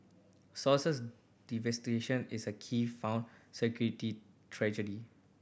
sources is a key found security tragedy